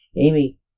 Amy